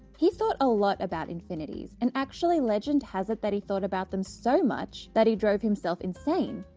he thought a lot about infinities and actually legend has it that he thought about them so much that he drove himself insane,